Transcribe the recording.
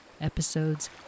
episodes